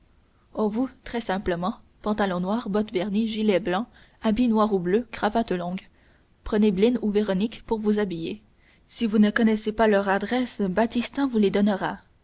oh vous très simplement pantalon noir bottes vernies gilet blanc habit noir ou bleu cravate longue prenez blin ou véronique pour vous habiller si vous ne connaissez pas leurs adresses baptistin vous les